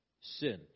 sinned